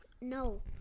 No